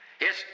Yes